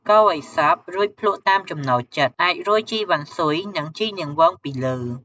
កូរឲ្យសព្វ រួចភ្លក្សតាមចំណូលចិត្ត អាចរោយជីរវ៉ាន់ស៊ុយ និង ជីនាងវងពីលើ។